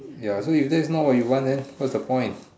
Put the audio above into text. ya so if that's not what you want what's the point